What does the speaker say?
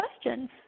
questions